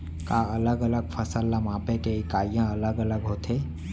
का अलग अलग फसल ला मापे के इकाइयां अलग अलग होथे?